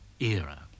era